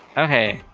okay.